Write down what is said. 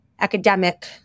academic